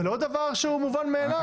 זה לא דבר שהוא מובן מאליו.